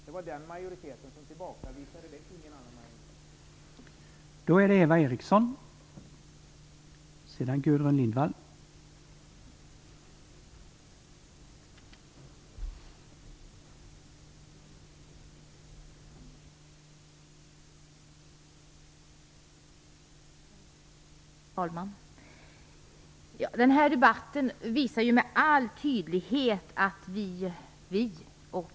Det var den majoriteten som tillbakavisade ett återupptagande, ingen annan majoritet.